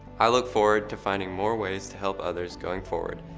i look forward to finding more ways to help others going forward.